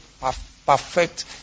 perfect